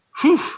Whew